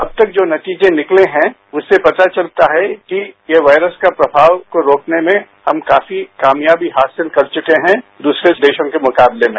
अब तक जो नतीजे निकले है उससे पता चलता है कि वायरस का प्रभाव को रोकने में हम काफी कामयाबी हासिल कर चुके हैं दूसरे देशों के मुकाबले में